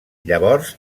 llavors